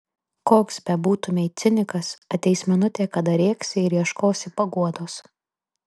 koks bebūtumei cinikas ateis minutė kada rėksi ir ieškosi paguodos